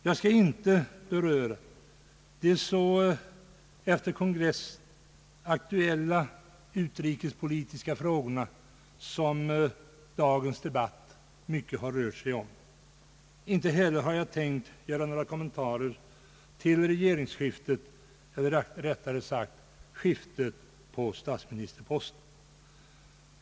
Jag skall inte beröra de efter kongressen så aktuella utrikespolitiska frågorna, som dagens debatt rört sig mycket om. Inte heller har jag tänkt göra några kommentarer till regeringsskiftet — eller rättare sagt skiftet på statsministerposten.